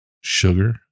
sugar